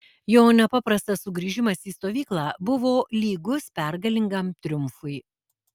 jo nepaprastas sugrįžimas į stovyklą buvo lygus pergalingam triumfui